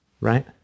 right